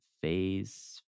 phase